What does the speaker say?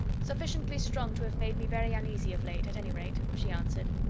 sufficiently strong to have made me very uneasy of late, at any rate, she answered.